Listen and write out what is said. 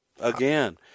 Again